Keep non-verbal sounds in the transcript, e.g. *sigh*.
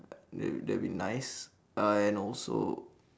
*noise* that that'll be nice uh and also